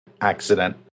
accident